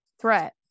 threat